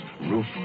roof